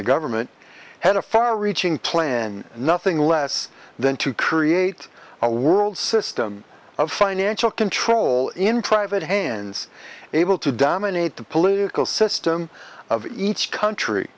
the government had a far reaching plan nothing less than to create a world system of financial control in private hands able to dominate the political system of each country